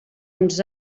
ens